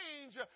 change